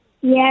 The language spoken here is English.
Yes